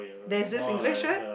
there's this Singlish word